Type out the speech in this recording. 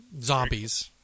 Zombies